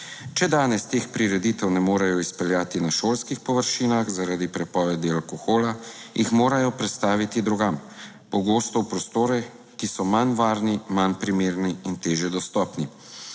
Če danes teh prireditev ne morejo izpeljati na šolskih površinah zaradi prepovedi alkohola, jih morajo prestaviti drugam, pogosto v prostore, ki so manj varni, manj primerni in težje dostopni.